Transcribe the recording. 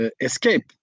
escape